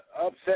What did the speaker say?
upset